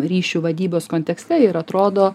ryšių vadybos kontekste ir atrodo